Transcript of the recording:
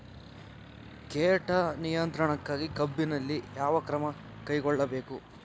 ಕೇಟ ನಿಯಂತ್ರಣಕ್ಕಾಗಿ ಕಬ್ಬಿನಲ್ಲಿ ಯಾವ ಕ್ರಮ ಕೈಗೊಳ್ಳಬೇಕು?